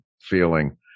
feeling